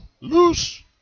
Loose